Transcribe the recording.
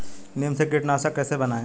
नीम से कीटनाशक कैसे बनाएं?